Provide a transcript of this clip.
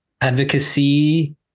advocacy